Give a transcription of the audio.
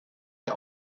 der